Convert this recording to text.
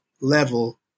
level